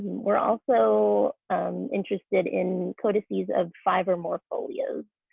we're also interested in codices of five or more folios.